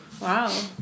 wow